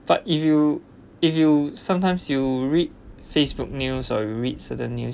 but if you if you sometimes you read Facebook news or you read certain news